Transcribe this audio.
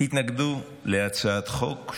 התנגדו להצעת חוק,